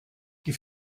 die